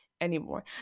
anymore